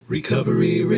Recovery